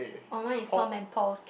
oh mine is Tom and Paul's